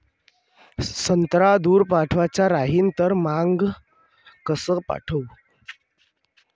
संत्रा दूर पाठवायचा राहिन तर मंग कस पाठवू?